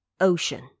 Ocean